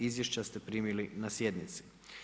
Izvješća ste primili na sjednici.